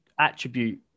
attribute